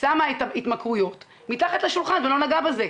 שמה את ההתמכרויות מתחת לשולחן בלי לנגוע בזה.